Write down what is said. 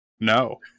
No